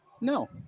No